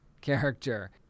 character